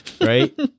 right